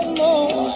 more